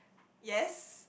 yes